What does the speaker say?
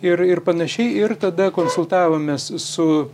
ir ir panašiai ir tada konsultavomės su